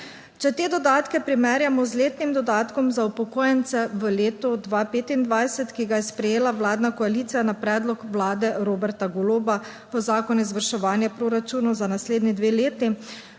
Če te dodatke primerjamo z letnim dodatkom za upokojence v letu 2025, ki ga je sprejela vladna koalicija na predlog Vlade Roberta Goloba, v Zakonu o izvrševanju proračunov za naslednji dve leti,